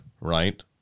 right